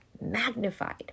magnified